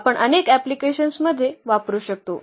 आपण अनेक अँप्लिकेशन्समध्ये वापरू शकतो